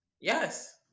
Yes